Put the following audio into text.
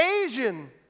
Asian